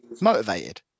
motivated